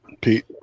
Pete